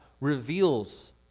reveals